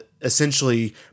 essentially